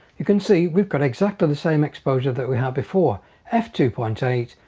you can see we've got exactly the same exposure that we have before f two point eight,